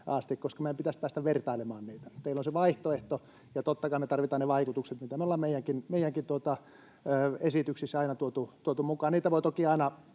asti? Meidän pitäisi päästä vertailemaan niitä. Teillä on se vaihtoehto, ja totta kai me tarvitaan ne vaikutukset, mitä me ollaan meidänkin esityksissä aina tuotu mukaan. Niitä voi toki aina